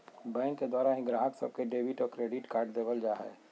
bank के द्वारा ही गाहक सब के डेबिट और क्रेडिट कार्ड देवल जा हय